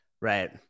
Right